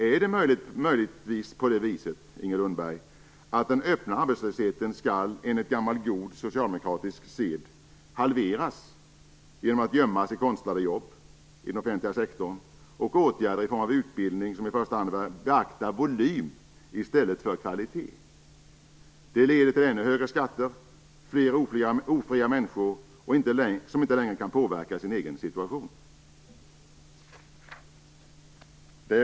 Är det möjligen på det viset, Inger Lundberg, att den öppna arbetslösheten enligt gammal god socialdemokratisk sed skall halveras genom att gömmas i konstlade jobb inom den offentliga sektorn och i åtgärder i form av utbildning som i första hand beaktar volym i stället för kvalitet? Det leder till ännu högre skatter och till fler ofria människor som inte längre kan påverka sin egen situation.